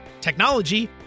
technology